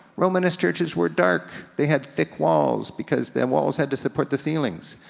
romanesque churches were dark. they had thick walls, because their walls had to support the ceilings.